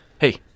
hey